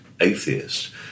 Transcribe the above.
atheist